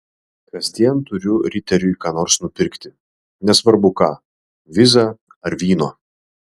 kasdien turiu riteriui ką nors nupirkti nesvarbu ką vizą ar vyno